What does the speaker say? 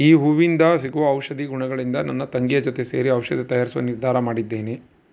ಈ ಹೂವಿಂದ ಸಿಗುವ ಔಷಧಿ ಗುಣಗಳಿಂದ ನನ್ನ ತಂಗಿಯ ಜೊತೆ ಸೇರಿ ಔಷಧಿ ತಯಾರಿಸುವ ನಿರ್ಧಾರ ಮಾಡಿದ್ದೇನೆ